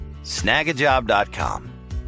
snagajob.com